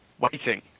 Waiting